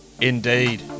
Indeed